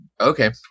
Okay